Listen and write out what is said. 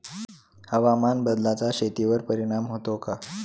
हवामान बदलाचा शेतीवर परिणाम होतो का?